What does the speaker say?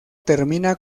termina